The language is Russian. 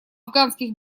афганских